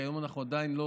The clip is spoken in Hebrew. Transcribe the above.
כי היום אנחנו עדיין,